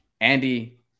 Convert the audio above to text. Andy